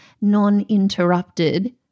non-interrupted